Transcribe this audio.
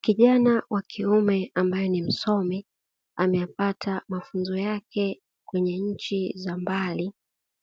Kijana wa kiume ambaye ni msomi ameyapata mafunzo yake kwenye nchi za mbali,